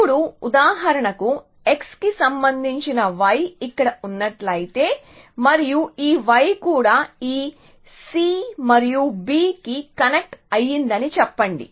ఇప్పుడు ఉదాహరణకు x కి సంబంధించిన y ఇక్కడ ఉన్నట్లయితే మరియు ఈ y కూడా ఈ c మరియు b కి కనెక్ట్ అయ్యిందని చెప్పండి